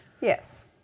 Yes